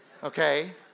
okay